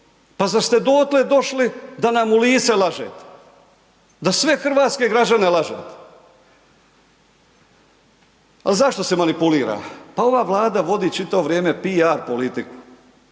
Pa zar ste dotle došli da nam u lice lažete? Da sve hrvatske građane lažete? A zašto se manipulira? Pa ova Vlada vodi čitavo vrijeme PR politiku.